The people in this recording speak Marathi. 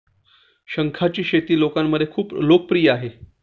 शंखांची शेती लोकांमध्ये खूप लोकप्रिय आहे